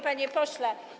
Panie Pośle!